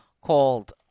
called